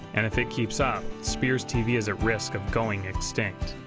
and if it keeps up, speers tv is at risk of going extinct.